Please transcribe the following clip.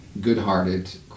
good-hearted